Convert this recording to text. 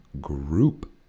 group